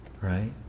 right